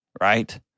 right